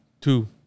Two